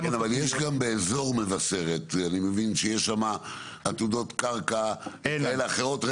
אבל אני מבין שיש גם באזור מבשרת עתודות קרקע כאלה ואחרות?